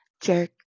Jerk